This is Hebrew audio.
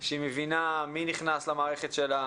שהיא מבינה מי נכנס למערכת שלה